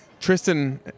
Tristan